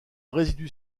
résidu